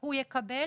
הוא יקבל